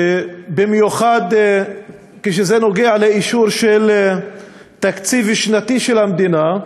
ובמיוחד כשזה נוגע לאישור של תקציב שנתי של המדינה,